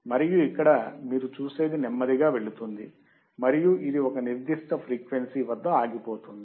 మరియు ఇక్కడ మీరు చూసేది నెమ్మదిగా వెళుతుంది మరియు ఇది ఒక నిర్దిష్ట ఫ్రీక్వెన్సీ వద్ద ఆగిపోతుంది